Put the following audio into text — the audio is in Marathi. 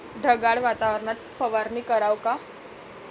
ढगाळ वातावरनात फवारनी कराव का?